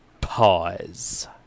pause